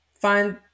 find